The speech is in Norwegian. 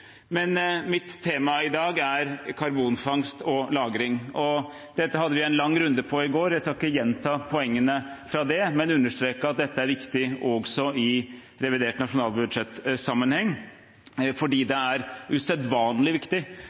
Men mitt tema i dag er karbonfangst og -lagring. Dette hadde vi en lang runde på i går, så jeg skal ikke gjenta poengene fra det, men understreke at dette er viktig også i revidert nasjonalbudsjett-sammenheng. For det er usedvanlig viktig